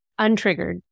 untriggered